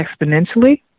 exponentially